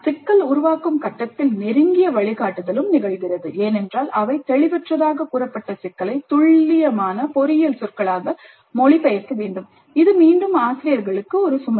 சிக்கல் உருவாக்கும் கட்டத்தில் நெருங்கிய வழிகாட்டுதலும் நிகழ்கிறது ஏனென்றால் அவை தெளிவற்றதாகக் கூறப்பட்ட சிக்கலை துல்லியமான பொறியியல் சொற்களாக மொழிபெயர்க்க வேண்டும் இது மீண்டும் ஆசிரியர்களுக்கு ஒரு சுமை